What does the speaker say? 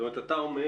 זאת אומרת, אתה אומר,